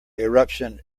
eruption